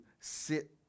sit